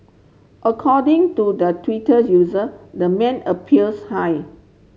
according to the Twitter user the man appears high